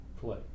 play